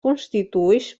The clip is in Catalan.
constituïx